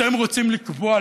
אתם רוצים לקבוע.